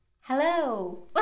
Hello